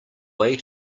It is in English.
way